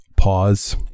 pause